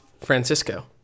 Francisco